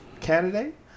Candidate